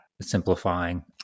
simplifying